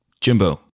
Jimbo